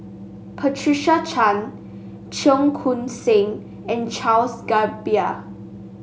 Patricia Chan Cheong Koon Seng and Charles Gamba